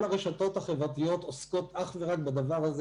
כל הרשתות החברתיות עוסקות אך ורק בדבר הזה.